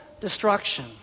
destruction